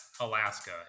Alaska